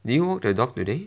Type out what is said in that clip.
did you walk the dog today